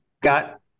got